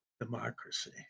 democracy